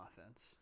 offense